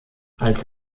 als